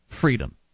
freedom